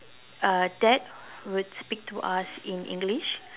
uh dad would speak to us in English